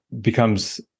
becomes